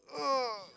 ugh